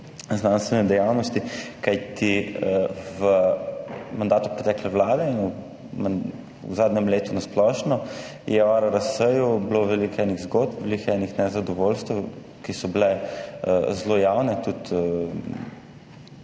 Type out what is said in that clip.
znanstvene dejavnosti? Kajti v mandatu pretekle vlade in v zadnjem letu na splošno je ARRS bilo veliko enih zgodb, veliko enih nezadovoljstev, ki so bile zelo javne, tudi če